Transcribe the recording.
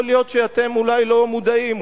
יכול להיות שאתם אולי לא מודעים,